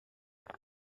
نحوه